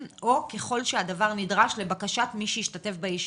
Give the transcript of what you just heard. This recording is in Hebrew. או ככל שהדבר נדרש לבקשת מי שהשתתף בישיבה,